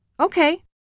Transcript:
Okay